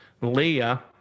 Leah